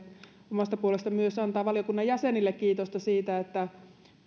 omasta puolestani myös antaa valiokunnan jäsenille kiitosta siitä että